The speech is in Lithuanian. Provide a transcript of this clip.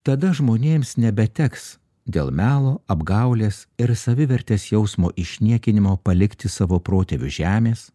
tada žmonėms nebeteks dėl melo apgaulės ir savivertės jausmo išniekinimo palikti savo protėvių žemės